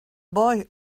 boy